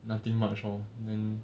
nothing much lor then